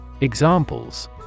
Examples